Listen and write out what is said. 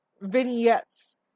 vignettes